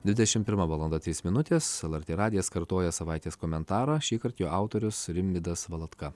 dvidešim pirma valanda trys minutės lrt radijas kartoja savaitės komentarą šįkart jo autorius rimvydas valatka